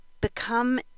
become